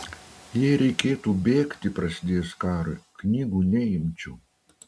jei reikėtų bėgti prasidėjus karui knygų neimčiau